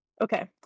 okay